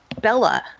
Bella